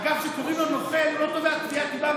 אגב, כשקוראים לו "נוכל" הוא לא תובע תביעת דיבה.